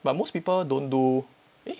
but most people don't do eh